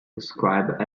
described